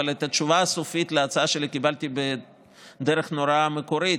אבל את התשובה הסופית על ההצעה שלי קיבלתי בדרך נורא מקורית,